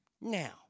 Now